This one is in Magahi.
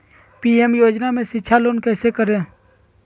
पी.एम योजना में शिक्षा लोन कैसे करें?